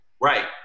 Right